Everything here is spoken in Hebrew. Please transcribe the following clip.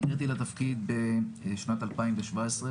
נקראתי לתפקיד בשנת 2017,